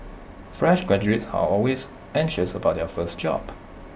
fresh graduates are always anxious about their first job